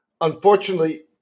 Unfortunately